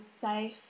safe